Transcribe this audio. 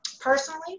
Personally